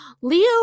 Leo